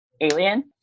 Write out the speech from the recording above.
alien